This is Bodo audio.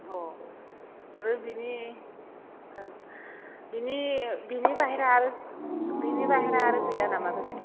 अ आरो बिनि ओं बिनि बिनि बायह्रा बिनि बायह्रा आरो गैया नामा बेलेग